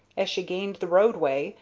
as she gained the roadway,